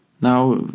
Now